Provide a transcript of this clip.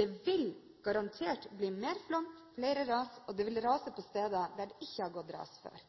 Det vil garantert bli mer flom og flere ras, og det vil rase på steder der det ikke har gått ras før.